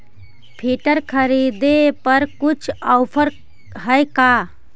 Filter खरिदे पर कुछ औफर है का?